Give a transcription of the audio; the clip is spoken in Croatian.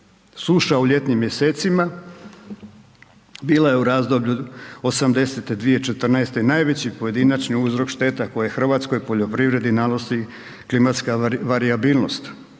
Suša u ljetnim mjesecima bila je u razdoblju '80.-te-2014.-te najveći pojedinačni uzročnik šteta koje hrvatskoj poljoprivredi nanosi klimatska varijabilnost,